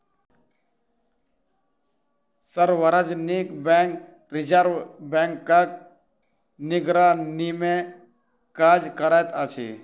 सार्वजनिक bank reserve बैंकक निगरानीमे काज करैत अछि